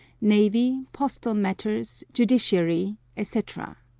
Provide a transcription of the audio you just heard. navy, postal matters, judiciary, etc.